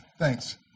Thanks